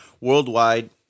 worldwide